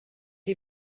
chi